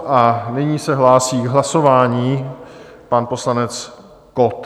A nyní se hlásí k hlasování pan poslanec Kott.